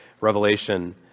Revelation